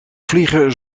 vliegen